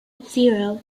zero